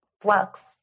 flux